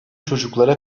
çocuklara